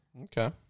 Okay